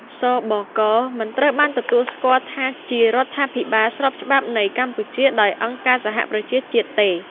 ស.ប.ក. មិនត្រូវបានទទួលស្គាល់ថាជារដ្ឋាភិបាលស្របច្បាប់នៃកម្ពុជាដោយអង្គការសហប្រជាជាតិទេ។